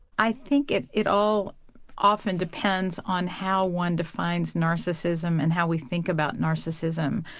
i think it it all often depends on how one defines narcissism and how we think about narcissism.